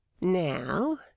Now